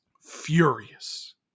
furious